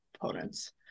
opponents